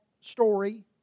story